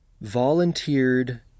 volunteered